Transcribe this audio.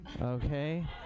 okay